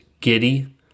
giddy